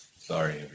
Sorry